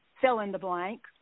fill-in-the-blank